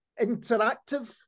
interactive